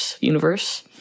universe